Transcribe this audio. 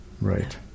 Right